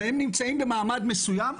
והם נמצאים במעמד מסוים,